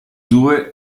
due